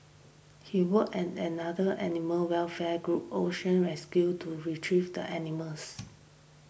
he worked in another animal welfare group Ocean Rescue to retrieve the animals